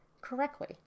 correctly